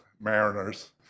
mariners